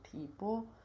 people